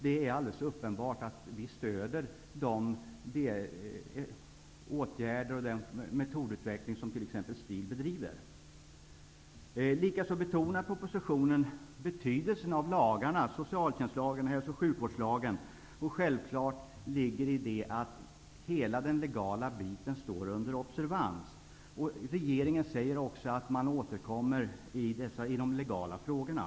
Det är alldeles uppenbart att vi stöder de åtgärder och den metodutvecklingen som t.ex. STIL bedriver. Propositionen betonar också betydelsen av socialtjänstlagen och hälso och sjukvårdslagen. I det ligger självfallet att hela den legala biten står under observans. Regeringen säger också att man återkommer i de legala frågorna.